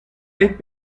rit